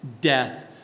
death